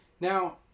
Now